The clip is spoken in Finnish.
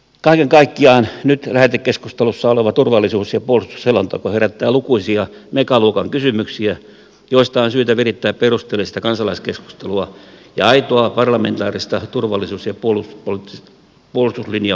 kaiken kaikkiaan nyt lähetekeskustelussa oleva turvallisuus ja puolustusselonteko herättää lukuisia megaluokan kysymyksiä joista on syytä virittää perusteellista kansalaiskeskustelua ja aitoa parlamentaarista turvallisuus ja puolustuslinjausten käsittelyä